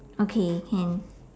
okay can